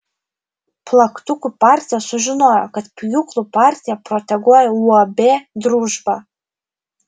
plaktukų partija sužinojo kad pjūklų partija proteguoja uab družba